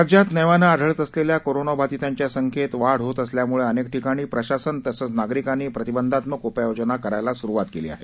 राज्यात नव्यानं आढळत असलेल्या कोरोनाबाधितांच्या संख्येत वाढ होत असल्यामुळे अनेक ठिकाणी प्रशासन तसंच नागरिकांनी प्रतिबंधात्मक उपाययोजना करायला सुरुवात केली आहे